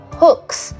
hooks